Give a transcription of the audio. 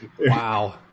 Wow